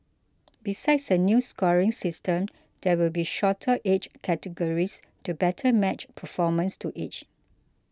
besides a new scoring system there will be shorter age categories to better match performance to age